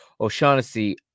O'Shaughnessy